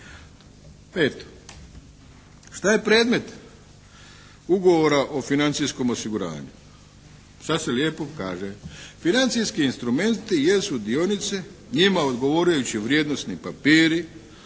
Peto, šta je predmet Ugovora o financijskom osiguranju? Sad se lijepo kaže: “Financijski instrumenti jesu dionice, njima odgovarajući vrijednosni papiri,